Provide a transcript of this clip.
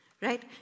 right